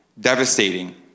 devastating